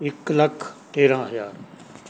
ਇੱਕ ਲੱਖ ਤੇਰਾਂ ਹਜ਼ਾਰ